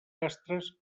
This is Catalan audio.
astres